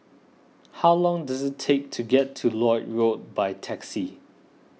how long does it take to get to Lloyd Road by taxi